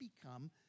become